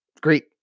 great